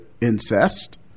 incest